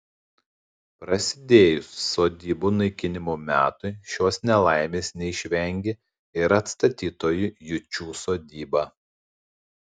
prasidėjus sodybų naikinimo metui šios nelaimės neišvengė ir atstatytoji jučų sodyba